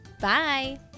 Bye